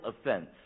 offense